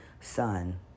son